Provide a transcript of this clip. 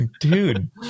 Dude